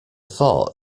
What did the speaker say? thought